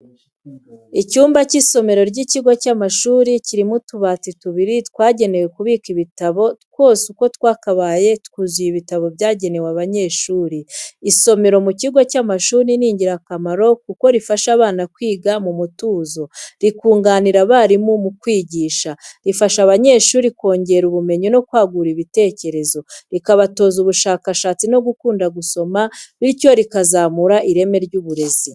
Icyumba cy'isomero ry'ikigo cy'amashuri kirimo utubati tubiri twagenewe kubika ibitabo twose uko twakabaye twuzuyemo ibitabo byagenewe abanyeshuri. Isomero mu kigo cy’amashuri ni ingirakamaro kuko rifasha abana kwiga mu mutuzo, rikunganira abarimu mu kwigisha, rifasha abanyeshuri kongera ubumenyi no kwagura ibitekerezo, rikabatoza ubushakashatsi no gukunda gusoma, bityo rikazamura ireme ry’uburezi.